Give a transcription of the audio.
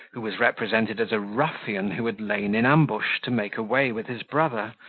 who was represented as a ruffian who had lain in ambush to make away with his brother,